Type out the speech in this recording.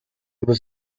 was